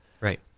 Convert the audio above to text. Right